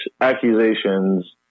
accusations